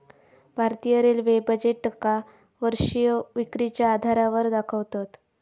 भारतीय रेल्वे बजेटका वर्षीय विक्रीच्या आधारावर दाखवतत